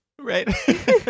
Right